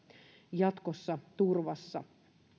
jatkossa turvassa